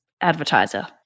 advertiser